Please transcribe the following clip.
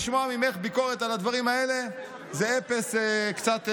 לשמוע ממך ביקורת על הדברים האלה זה קצת מוזר.